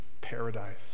paradise